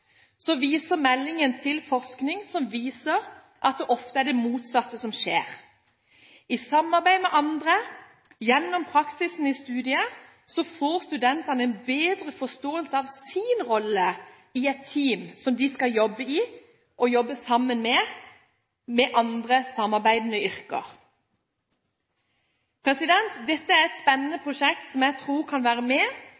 viser meldingen til forskning som viser at det ofte er det motsatte som skjer. I samarbeid med andre gjennom praksisen i studiet får studentene en bedre forståelse av sin rolle i et team som de skal jobbe i, når man ses i sammenheng med andre samarbeidende yrker. Dette er et spennende